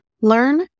learn